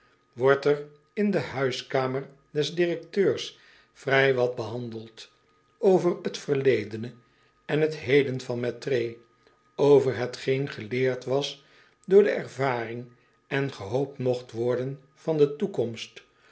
wordt er in huiskamer des directeurs vrij wat behandeld over t verledene en het heden van mettray over hetgeen geleerd was door de ervaring en gehoopt mogt worden van de toekomst